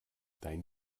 dein